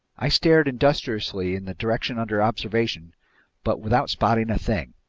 i stared industriously in the direction under observation but without spotting a thing.